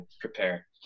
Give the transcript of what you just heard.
prepare